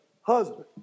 husband